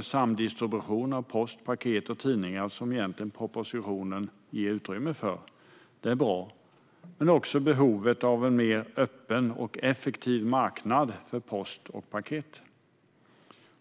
samdistribution av post, paket och tidningar, som propositionen öppnar för. Det är bra. Det andra är behovet av en öppnare och mer effektiv marknad för post och paket.